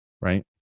right